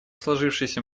сложившейся